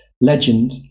Legend